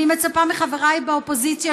אני מצפה מחבריי באופוזיציה,